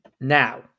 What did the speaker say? Now